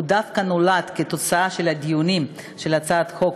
דווקא נולד מהדיונים של הצעת חוק